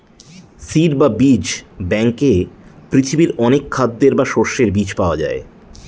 seed বা বীজ ব্যাঙ্কে পৃথিবীর অনেক খাদ্যের বা শস্যের বীজ পাওয়া যায়